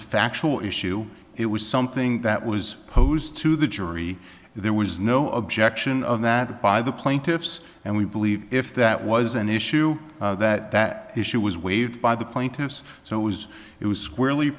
a factual issue it was something that was posed to the jury there was no objection of that by the plaintiffs and we believe if that was an issue that that issue was waived by the plaintiffs so as it was squarely